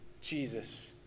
Jesus